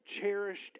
cherished